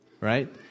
right